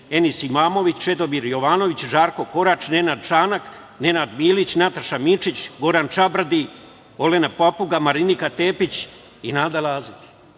Enis Imamović, Čedomir Jovanović, Žarko Korać, Nenad Čanak, Nenad Bilić, Nataša Mićić, Goran Čabrdi, Elena Papuga, Marinika Tepić i Nada Lazić.